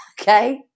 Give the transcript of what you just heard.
Okay